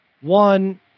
one